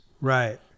right